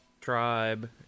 tribe